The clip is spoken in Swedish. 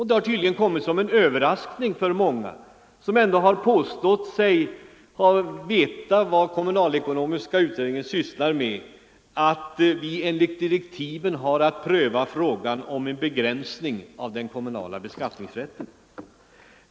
Det har tydligen kommit som en överraskning för många, som ändå har påstått sig veta vad kommunalekonomiska utredningen sysslar med, att vi enligt direktiven har att pröva frågan om en begränsning av den kommunala beskattningsrätten.